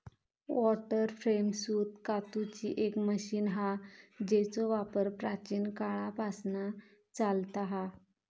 water frame सूत कातूची एक मशीन हा जेचो वापर प्राचीन काळापासना चालता हा